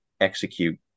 execute